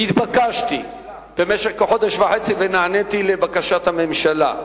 נתבקשתי במשך כחודש וחצי, ונעניתי לבקשת הממשלה,